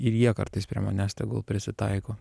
ir jie kartais prie manęs tegul prisitaiko